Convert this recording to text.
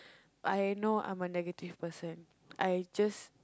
I know I'm a negative person I just